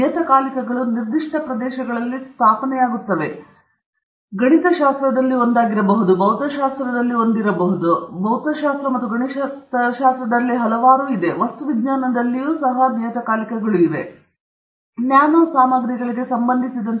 ನಿಯತಕಾಲಿಕಗಳು ನಿರ್ದಿಷ್ಟ ಪ್ರದೇಶಗಳಲ್ಲಿ ಸ್ಥಾಪನೆಯಾಗುತ್ತವೆ ಆದ್ದರಿಂದ ಗಣಿತಶಾಸ್ತ್ರದಲ್ಲಿ ಒಂದಾಗಬಹುದು ಭೌತಶಾಸ್ತ್ರದಲ್ಲಿ ಒಂದಾಗಬಹುದು ಭೌತಶಾಸ್ತ್ರದಲ್ಲಿ ಹಲವಾರು ಇರಬಹುದು ಗಣಿತಶಾಸ್ತ್ರದಲ್ಲಿ ಹಲವಾರು ವಸ್ತು ವಿಜ್ಞಾನದಲ್ಲಿ ಮತ್ತು ವಸ್ತು ವಿಜ್ಞಾನದಲ್ಲಿಯೂ ಸಹ ಬೆಸುಗೆ ಸಂಬಂಧಿಸಿದ ಏನಾದರೂ ಇರಬಹುದು ಏನಾದರೂ ಇರಬಹುದು ನ್ಯಾನೋ ಸಾಮಗ್ರಿಗಳಿಗೆ ಸಂಬಂಧಿಸಿದಂತೆ